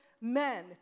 men